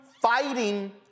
fighting